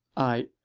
i,